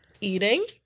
eating